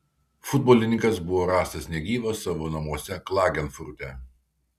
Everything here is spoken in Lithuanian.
futbolininkas buvo rastas negyvas savo namuose klagenfurte